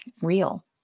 real